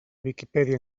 viquipèdia